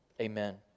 Amen